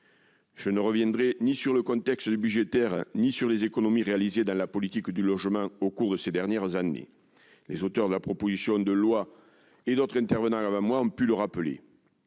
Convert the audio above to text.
Je ne reviendrai ni sur le contexte budgétaire ni sur les économies réalisées dans le cadre de la politique du logement au cours de ces dernières années. Les auteurs de la proposition de loi et d'autres intervenants ont pu le rappeler,